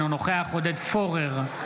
אינו נוכח עודד פורר,